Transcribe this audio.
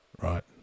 right